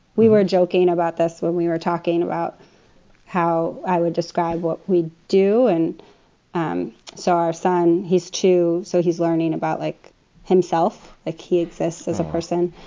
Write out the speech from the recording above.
we were joking about this when we were talking about how i would describe what we do. and um so our son, he's two. so he's learning about like himself. a key exists as a person.